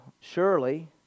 Surely